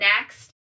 next